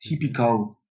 typical